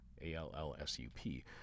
A-L-L-S-U-P